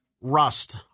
rust